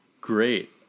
Great